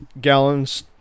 Gallons